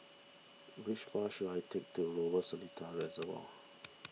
which bus should I take to Lower Seletar Reservoir